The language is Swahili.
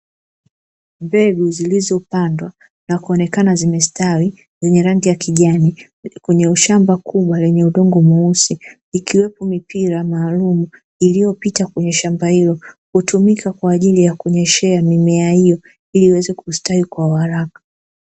Mbegu zilizopandwa na kuonekana zimestawi zenye rangi ya kijani kwenye ushamba kubwa yenye udongo mweusi ikiwepo mipira maalumu iliyopita kwenye shamba hilo hutumika kwa ajili ya kunyeshea mimea hiyo ili iweze kustawi kwa uaraka.